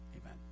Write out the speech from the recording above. amen